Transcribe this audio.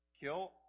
kill